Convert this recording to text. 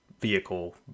vehicle